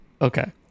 Okay